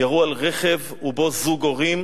ירו על רכב ובו זוג הורים